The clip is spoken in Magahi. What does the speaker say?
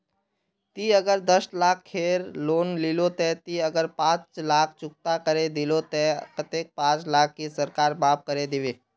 ती अगर दस लाख खेर लोन लिलो ते ती अगर पाँच लाख चुकता करे दिलो ते कतेक पाँच लाख की सरकार माप करे दिबे?